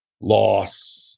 loss